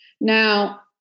Now